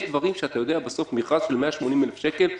מדובר במכרז של 180,000 שקל.